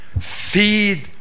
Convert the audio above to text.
Feed